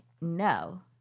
no